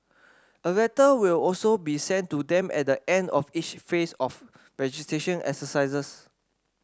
a letter will also be sent to them at the end of each phase of the registration exercisers